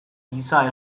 giza